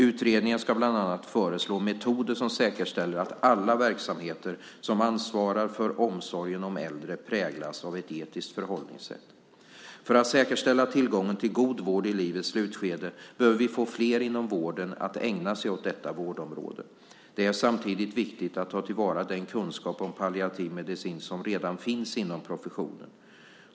Utredningen ska bland annat föreslå metoder som säkerställer att alla verksamheter som ansvarar för omsorgen om äldre präglas av ett etiskt förhållningssätt. För att säkerställa tillgången till god vård i livets slutskede behöver vi få fler inom vården att ägna sig åt detta vårdområde. Det är samtidigt viktigt att ta till vara den kunskap om palliativ medicin som redan finns inom professionen.